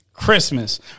Christmas